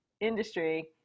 industry